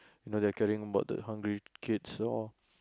you know they are caring about the hungry kids all